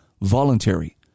voluntary